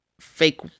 fake